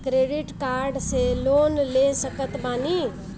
Credit card से loan ले सकत बानी?